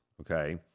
okay